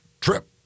trip